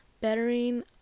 bettering